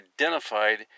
identified